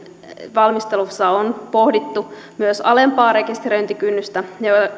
valmistelussa on pohdittu myös alempaa rekisteröintikynnystä